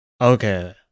Okay